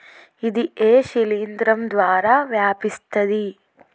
ఇది ఏ శిలింద్రం ద్వారా వ్యాపిస్తది?